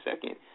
second